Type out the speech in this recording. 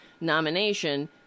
nomination